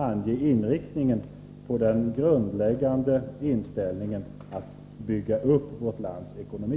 Däremot anger det vår grundläggande inriktning på att bygga upp vårt lands ekonomi.